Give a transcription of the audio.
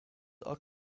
are